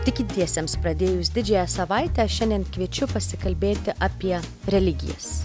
tikintiesiems pradėjus didžiąją savaitę šiandien kviečiu pasikalbėti apie religijas